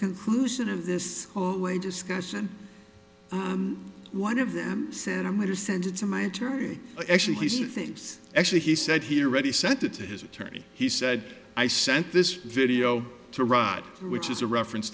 conclusion of this hallway discussion one of them said i'm going to send it to my attorney actually see things actually he said here already sent it to his attorney he said i sent this video to rot which is a reference